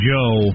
Joe